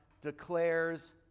declares